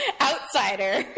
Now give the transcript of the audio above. outsider